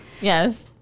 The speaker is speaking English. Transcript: Yes